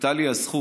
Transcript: הייתה לי הזכות,